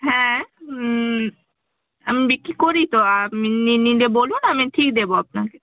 হ্যাঁ আমি বিক্রি করি তো আপনি নিলে বলুন আমি ঠিক দেবো আপনাকে